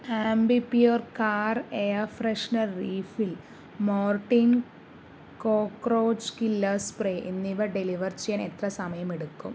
Ambi Pur car air freshener refill Mortein cockroach killer spray എന്നിവ deliver ചെയ്യാൻ എത്ര സമയമെടുക്കും